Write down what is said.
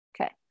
Okay